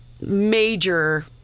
major